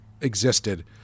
existed